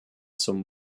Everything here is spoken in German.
zum